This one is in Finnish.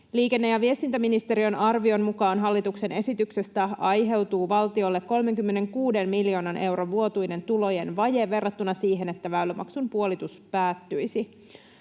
Liikenne- ja viestintäministeriön arvion mukaan hallituksen esityksestä aiheutuu valtiolle 36 miljoonan euron vuotuinen tulojen vaje verrattuna siihen, että väylämaksun puolitus päättyisi.